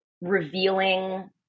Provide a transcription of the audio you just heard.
revealing